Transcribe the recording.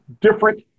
different